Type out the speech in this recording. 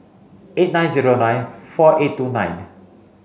eight nine zero nine four eight two nine